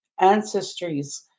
ancestries